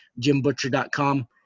jimbutcher.com